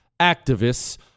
activists